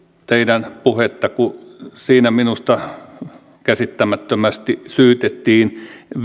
teidän puhettanne kun siinä minusta käsittämättömästi syytettiin